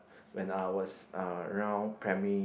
when I was around primary